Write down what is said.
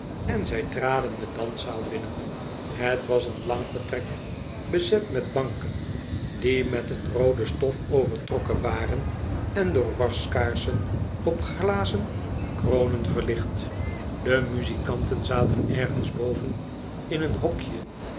en zij traden de danszaal binnen het was een lang vertrek bezet met banken die met een roode stof overtrokken waren en door waskaarsen op glazen kronen verlicht de muzikanten zaten ergens boven in een hokje